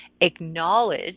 acknowledge